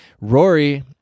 Rory